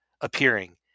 appearing